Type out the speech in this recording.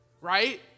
Right